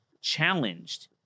challenged